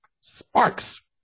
sparks